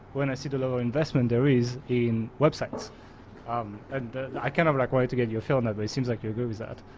when i see the low investment there is in websites um and i cannot like wait to get your film nobody seems like you agree with that.